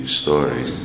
story